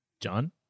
John